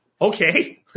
Okay